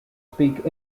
speak